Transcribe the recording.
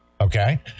okay